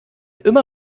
immer